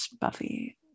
buffy